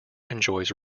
enjoys